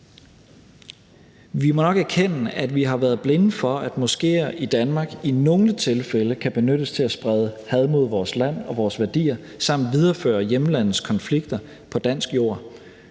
Vi må nok erkende, at vi har været blinde for, at moskéer i Danmark i nogle tilfælde kan benyttes til at sprede had mod vores land og vores værdier samt videreføre hjemlandets konflikter på dansk jord.